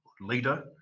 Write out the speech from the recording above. leader